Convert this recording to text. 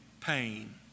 pain